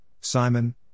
Simon